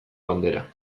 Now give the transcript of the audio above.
bandera